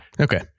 okay